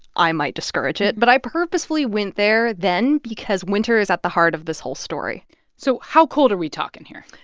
i might discourage it. but i purposefully went there then because winter is at the heart of this whole story so how cold are we talking here?